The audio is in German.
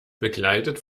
begleitet